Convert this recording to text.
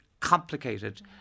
complicated